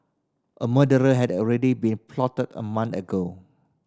a murderer had already been plotted a month ago